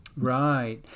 Right